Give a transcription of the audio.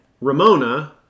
Ramona